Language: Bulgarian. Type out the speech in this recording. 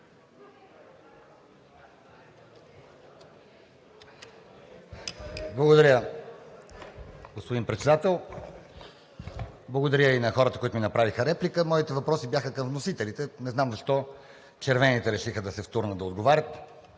Благодаря, господин Председател. Благодаря и на хората, които ми направиха реплика. Моите въпроси бяха към вносителите, не знам защо червените решиха да се втурнат да отговарят,